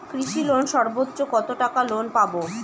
কৃষি লোনে সর্বোচ্চ কত টাকা লোন পাবো?